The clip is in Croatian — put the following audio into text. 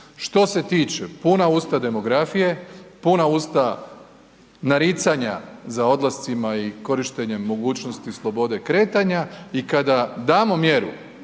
Što se tiče puna usta demografije, puna usta naricanja za odlascima i korištenjem mogućnosti slobode kretanja i kada damo mjeru